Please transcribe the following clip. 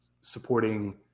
supporting